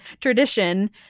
tradition